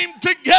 together